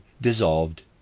dissolved